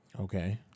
Okay